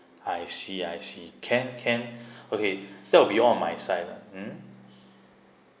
I see I see can can okay that will be all on my side ah mm